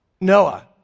Noah